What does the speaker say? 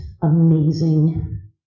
Amazing